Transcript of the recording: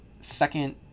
second